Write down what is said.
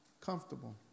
comfortable